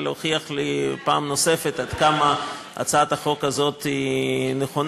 אבל זה הוכיח לי פעם נוספת עד כמה הצעת החוק הזאת היא נכונה,